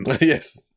Yes